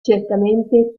certamente